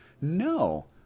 No